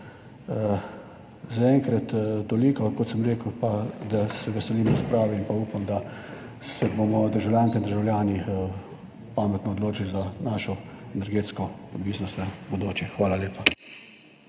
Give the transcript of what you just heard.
Zaenkrat toliko, kot sem rekel, pa se veselim razprave in upam, da se bomo državljanke in državljani pametno odločili za našo energetsko odvisnost v bodoče. Hvala lepa.